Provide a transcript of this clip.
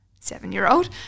seven-year-old